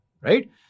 Right